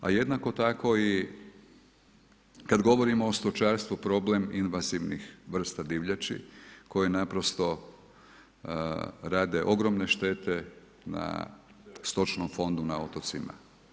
A jednako tako i kada govorimo o stočarstvu problem invazivnih vrsta divljači koje naprosto rade ogromne štete na stočnom fondu na otocima.